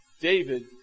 David